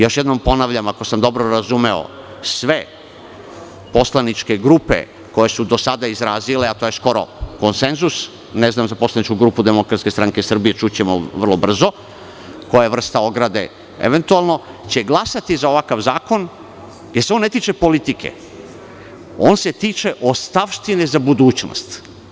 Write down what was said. Još jednom ponavljam, ako sam dobro razumeo, sve poslaničke grupe koje su do sada izrazile, a to je skoro konsenzus, ne znam za poslaničku grupu DSS, čućemo vrlo brzo, koja je vrsta ograde, eventualno, će glasati za ovakav zakon, jer se on ne tiče politike, on se tiče ostavštine za budućnost.